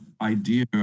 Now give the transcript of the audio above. idea